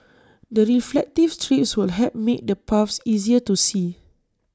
the reflective strips would help make the paths easier to see